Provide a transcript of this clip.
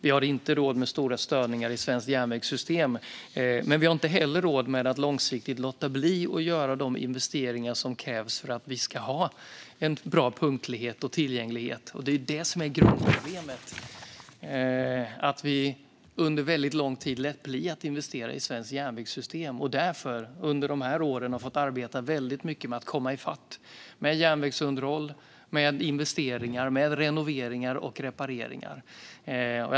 Vi har inte råd med stora störningar i svenskt järnvägssystem, men vi har inte heller råd med att långsiktigt låta bli att göra de investeringar som krävs för att vi ska ha en bra punktlighet och tillgänglighet. Det är detta som är grundproblemet: Vi lät under väldigt lång tid bli att investera i svenskt järnvägssystem och har därför under de här åren fått arbeta väldigt mycket med att komma ifatt med järnvägsunderhåll, med investeringar, med renoveringar och med reparationer.